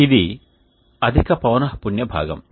ఇవి అధిక పౌనఃపున్య భాగం